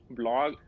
blog